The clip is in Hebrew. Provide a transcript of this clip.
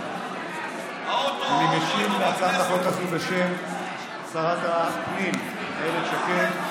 אני משיב להצעת החוק הזו בשם שרת הפנים אילת שקד,